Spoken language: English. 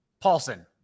paulson